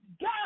God